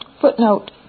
Footnote